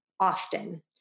often